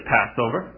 Passover